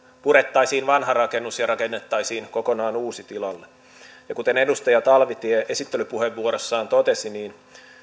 purettaisiin vanha rakennus ja rakennettaisiin kokonaan uusi tilalle kuten edustaja talvitie esittelypuheenvuorossaan totesi niin